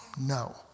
no